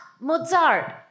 Mozart